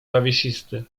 zawiesisty